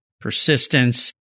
persistence